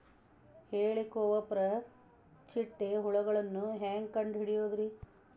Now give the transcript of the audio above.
ಹೇಳಿಕೋವಪ್ರ ಚಿಟ್ಟೆ ಹುಳುಗಳನ್ನು ಹೆಂಗ್ ಕಂಡು ಹಿಡಿಯುದುರಿ?